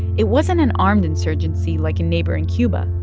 it wasn't an armed insurgency like in neighboring cuba,